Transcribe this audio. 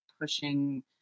pushing